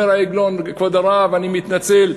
אומר העגלון, כבוד הרב, אני מתנצל,